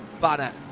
banner